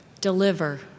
deliver